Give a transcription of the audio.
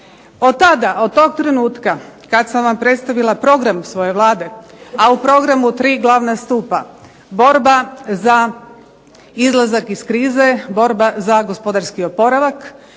Od tada, od tog trenutka kad sam vam predstavila program svoje Vlade, a u programu 3 glavna stupa: borba za izlazak iz krize, borba za gospodarski oporavak,